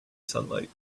sunlight